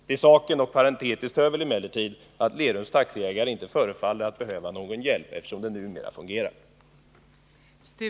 Till saken hör emellertid — parentetiskt — att Lerums taxiägare inte förefaller att behöva någon hjälp, eftersom taxitrafiken numera förefaller att fungera.